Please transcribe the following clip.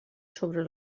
sobre